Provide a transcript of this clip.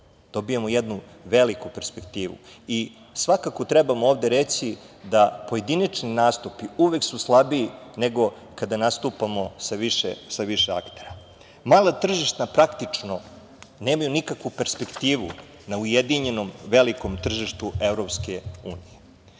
Dobijamo jednu veliku perspektivu. Svakako trebamo ovde reći da pojedinačni nastupi uvek su slabiji nego kada nastupamo sa više aktera. Mala tržišta praktično nemaju nikakvu perspektivu na ujedinjenom velikom tržištu EU.